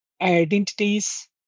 identities